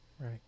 Right